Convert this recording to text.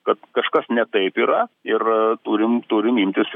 kad kažkas ne taip yra ir turim turim imtis